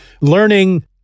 learning